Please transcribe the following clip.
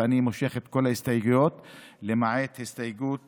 ואני מושך את כל ההסתייגויות למעט הסתייגות